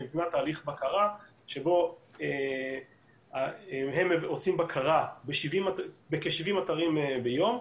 נבנה תהליך בקרה שבו הם עושים בקרה בכ-70 אתרים ביום,